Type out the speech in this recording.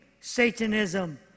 Satanism